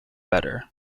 better